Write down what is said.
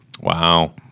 wow